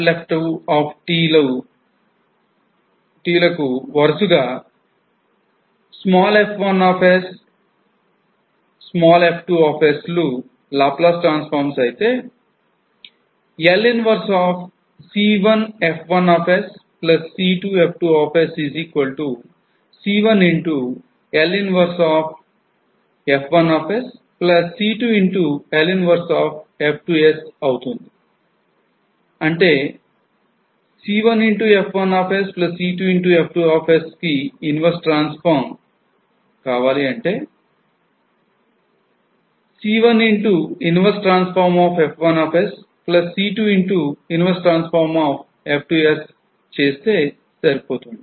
F1 F2లకు వరుసగా f1 f2లుLaplace transforms అయితే L 1 c1 f1c2 f2c1L 1 f1c2L 1 f2అవుతుంది